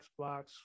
Xbox